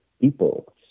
people